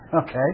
Okay